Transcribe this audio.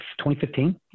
2015